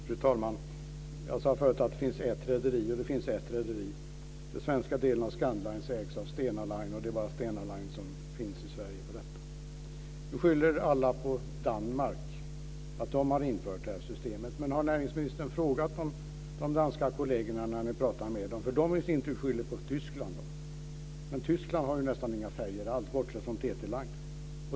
Fru talman! Jag sade förut att det bara finns ett rederi. Det finns ett rederi. Den svenska delen av Scandlines ägs av Stena Line och det är bara Stena Line som finns i Sverige på detta område. Nu skyller alla på Danmark för att de infört det här systemet. Men har näringsministern frågat de danska kollegerna när han pratat med dem. De skyller i sin tur på Tyskland. Men Tyskland har nästan inga färjor alls, bortsett från TT-Line.